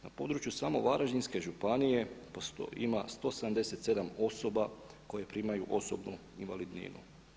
Na području samo Varaždinske županije ima 177 osoba koje primaju osobnu invalidninu.